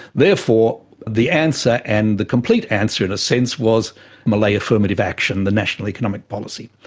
therefore the answer and the complete answer in a sense was malay affirmative action, the national economic policy.